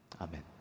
Amen